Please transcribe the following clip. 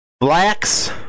Blacks